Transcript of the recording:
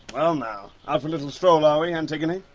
well now. out for a little stroll are we, antigone?